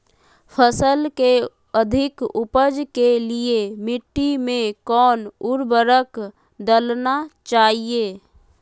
फसल के अधिक उपज के लिए मिट्टी मे कौन उर्वरक डलना चाइए?